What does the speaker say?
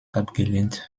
abgelehnt